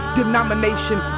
denomination